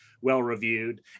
well-reviewed